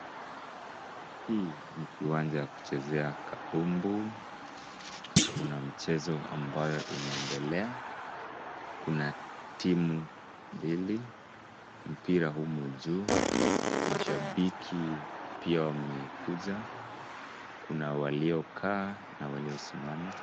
Hii ni kiwanja ya kuchezea kabumbu . Kuna mchezo ambayo inaendelea . Kuna timu mbili pia humu juu mashabiki pia wamekuja. Kuna waliokaa na waliosimama.